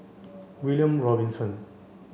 William Robinson